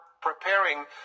preparing